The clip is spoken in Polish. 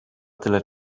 tyle